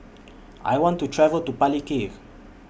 I want to travel to Palikir